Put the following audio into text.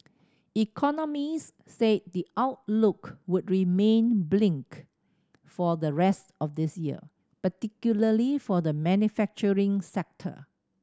economists said the outlook would remain blink for the rest of this year particularly for the manufacturing sector